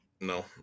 No